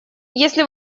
если